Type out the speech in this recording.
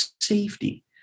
safety